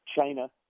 China